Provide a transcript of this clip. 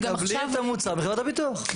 תקבלי את המוצר מחברת הביטוח.